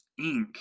inc